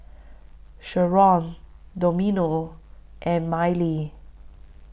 Sheron Domingo and Mylee